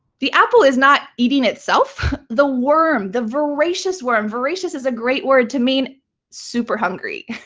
the apple is not eating itself. the worm, the voracious worm. voracious is a great word to mean super hungry.